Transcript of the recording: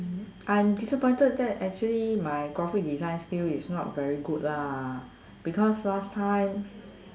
I'm disappointed that actually my graphic design skill is not very good lah because last time